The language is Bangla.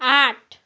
আঠ